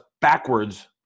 backwards